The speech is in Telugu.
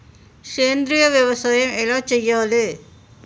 సేంద్రీయ వ్యవసాయం ఎలా చెయ్యాలే?